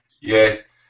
yes